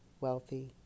wealthy